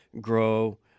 grow